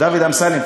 דוד אמסלם,